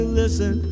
listen